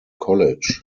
college